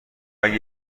اگه